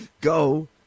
Go